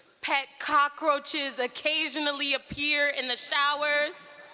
pet cockroaches occasionally appear in the showers.